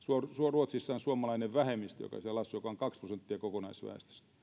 ruotsissa on suomalainen vähemmistö joka asuu siellä ja joka on kaksi prosenttia kokonaisväestöstä